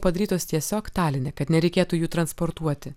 padarytos tiesiog taline kad nereikėtų jų transportuoti